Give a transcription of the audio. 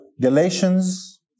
Galatians